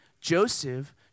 Joseph